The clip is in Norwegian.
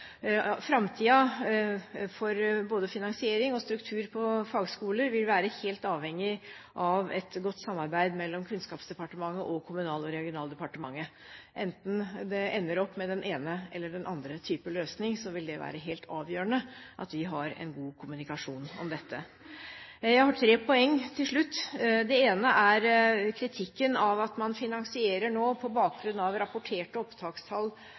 for både finansiering av og struktur på fagskoler vil være helt avhengig av et godt samarbeid mellom Kunnskapsdepartementet og Kommunal- og regionaldepartementet. Enten det ender opp med den ene eller den andre typen løsning, vil det være helt avgjørende at vi har en god kommunikasjon om dette. Jeg har tre poeng til slutt. Det ene er kritikken av at man nå finansierer på bakgrunn av rapporterte opptakstall